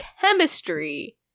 chemistry